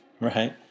right